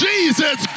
Jesus